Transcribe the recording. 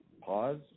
pause